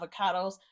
avocados